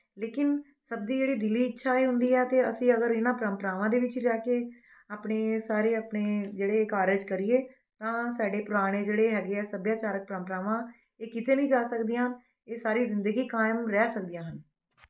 ਲੇਕਿਨ ਸਭ ਦੀ ਜਿਹੜੀ ਦਿਲੀ ਇੱਛਾ ਇਹ ਹੁੰਦੀ ਹੈ ਅਤੇ ਅਸੀਂ ਅਗਰ ਇਹਨਾਂ ਪਰੰਪਰਾਵਾਂ ਦੇ ਵਿੱਚ ਜਾ ਕੇ ਆਪਣੇ ਸਾਰੇ ਆਪਣੇ ਜਿਹੜੇ ਕਾਰਜ ਕਰੀਏ ਤਾਂ ਸਾਡੇ ਪੁਰਾਣੇ ਜਿਹੜੇ ਹੈਗੇ ਹੈ ਸੱਭਿਆਚਾਰਕ ਪਰੰਪਰਾਵਾਂ ਇਹ ਕਿਤੇ ਨਹੀਂ ਜਾ ਸਕਦੀਆਂ ਇਹ ਸਾਰੀ ਜ਼ਿੰਦਗੀ ਕਾਇਮ ਰਹਿ ਸਕਦੀਆਂ ਹਨ